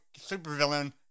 supervillain